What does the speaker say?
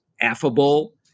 affable